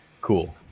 Cool